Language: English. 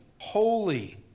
holy